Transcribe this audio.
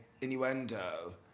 innuendo